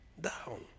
down